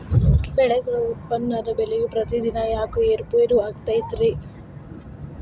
ಬೆಳೆಗಳ ಉತ್ಪನ್ನದ ಬೆಲೆಯು ಪ್ರತಿದಿನ ಯಾಕ ಏರು ಪೇರು ಆಗುತ್ತೈತರೇ?